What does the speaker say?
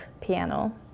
piano